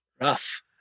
Rough